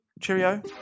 Cheerio